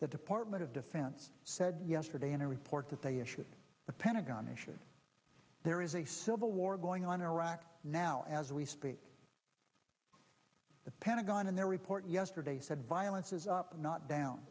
the department of defense said yesterday in a report that they issued a pentagon issue there is a civil war going on in iraq now as we speak the pentagon in their report yesterday said violence is up not down